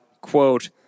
quote